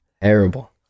Terrible